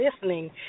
listening